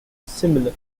similar